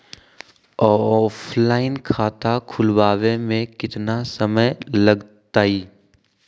Offline खाता खुलबाबे में केतना समय लगतई?